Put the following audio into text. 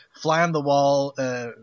fly-on-the-wall